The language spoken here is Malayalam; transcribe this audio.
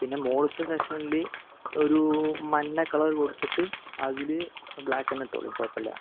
പിന്നെ മുകളിലത്തെ സെക്ഷനിൽ ഒരു മഞ്ഞ കളർ കൊടുത്തിട്ട് അതിൽ ബ്ലാക്കുതന്നെ ഇട്ടുകൊള്ളൂ കുഴപ്പമില്ല